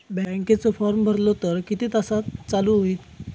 बँकेचो फार्म भरलो तर किती तासाक चालू होईत?